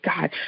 God